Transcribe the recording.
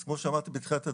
אז כמו שאמרתי בתחילת הדברים,